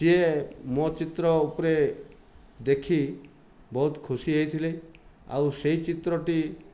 ସିଏ ମୋ ଚିତ୍ର ଉପରେ ଦେଖି ବହୁତ ଖୁସି ହୋଇଥିଲେ ଆଉ ସେହି ଚିତ୍ରଟି